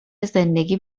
زندگی